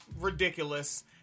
ridiculous